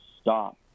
stop